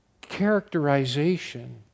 characterization